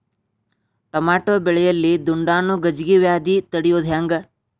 Tomato ಬೆಳೆಯಲ್ಲಿ ದುಂಡಾಣು ಗಜ್ಗಿ ವ್ಯಾಧಿ ತಡಿಯೊದ ಹೆಂಗ್?